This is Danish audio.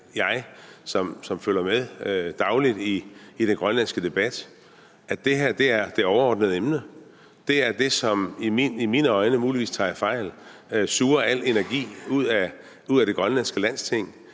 følger med i den grønlandske debat, at det her er det overordnede emne. Det er det, der i mine øjne, men jeg tager muligvis fejl, suger alt energi ud af det grønlandske Landsting